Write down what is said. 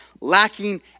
lacking